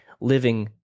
living